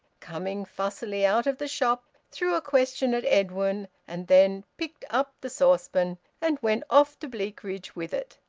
coming fussily out of the shop, threw a question at edwin and then picked up the saucepan and went off to bleakridge with it,